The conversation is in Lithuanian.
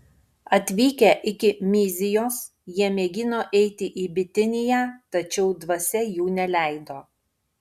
atvykę iki myzijos jie mėgino eiti į bitiniją tačiau dvasia jų neleido